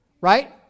right